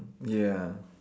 ya